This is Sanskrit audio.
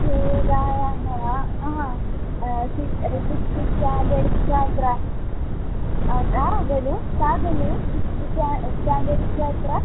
श्वेतायाः वा आहा सि रेपिप्स् इत्यादय छात्रा ताः खलु सा खलु सिक्स्त् सा स्टाण्डर्ड् छात्रा